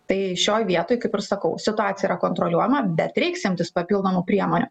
tai šioj vietoj kaip ir sakau situacija yra kontroliuojama bet reiks imtis papildomų priemonių